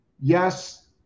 yes